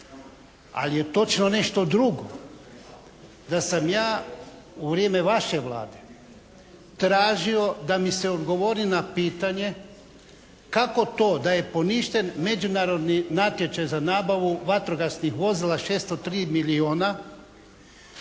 Ali je točno nešto drugo. Da sam ja u vrijeme vaše Vlade tražio da mi se odgovori na pitanje kako to da je poništen međunarodni natječaj za nabavu vatrogasnih vozila 603 milijuna,